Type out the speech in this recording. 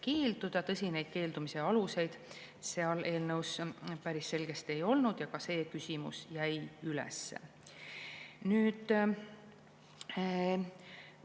keelduda. Tõsi, keeldumise aluseid seal eelnõus päris selgesti ei olnud, ka see küsimus jäi üles.